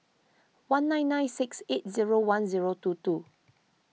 one nine nine six eight zero one zero two two